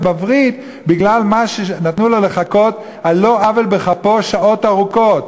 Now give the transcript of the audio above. בווריד בגלל שנתנו לו לחכות על לא עוול בכפו שעות ארוכות.